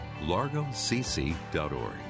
largocc.org